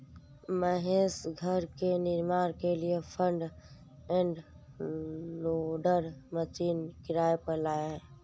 महेश घर के निर्माण के लिए फ्रंट एंड लोडर मशीन किराए पर लाया